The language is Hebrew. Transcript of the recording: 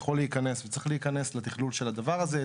יכול וצריך להיכנס לתכנון של הדבר הזה,